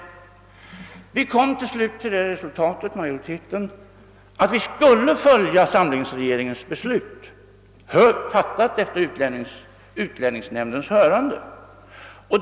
Majoriteten inom regeringen kom till det resultatet att vi skulle följa samlingsregeringens beslut, fattat efter utrikesnämndens hörande.